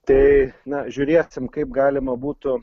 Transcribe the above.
tai na žiūrėsim kaip galima būtų